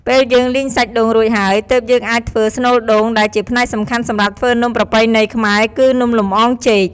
ពេលយើង លីងសាច់ដូង រួចហើយ ទើបយើងអាចធ្វើ ស្នូលដូង ដែលជាផ្នែកសំខាន់សម្រាប់ធ្វើនំប្រពៃណីខ្មែរ គឺនំលម្អងចេក។